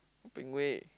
Ping Wei